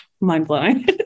mind-blowing